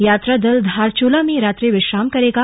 यात्रा दल धारचूला में रात्रि विश्राम करेगा